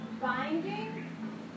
binding